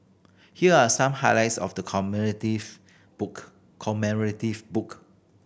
here are some highlights of the commemorative book commemorative book